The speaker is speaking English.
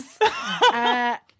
Yes